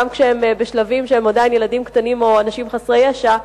גם כשהם בשלבים שהם עדיין ילדים קטנים או אנשים חסרי ישע,